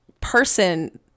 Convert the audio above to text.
person